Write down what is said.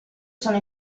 sono